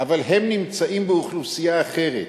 אבל הם נמצאים באוכלוסייה אחרת.